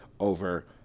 over